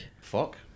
Fuck